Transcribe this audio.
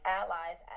allies